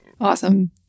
Awesome